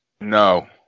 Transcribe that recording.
No